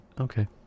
okay